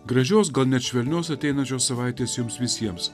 gražios gal net švelnios ateinančios savaitės jums visiems